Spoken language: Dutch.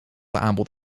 aanbod